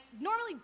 normally